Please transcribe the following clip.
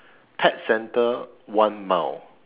pet centre one mile